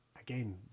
again